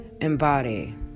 embody